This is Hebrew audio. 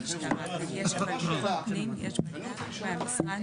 בתרחישי